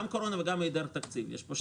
גם קורונה וגם היעדר תקציב, יש פה שני דברים.